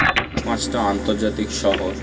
পাঁচটা আন্তর্জাতিক শহর